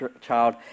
child